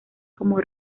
como